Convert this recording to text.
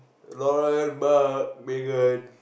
Laurence Mark Megan